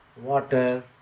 water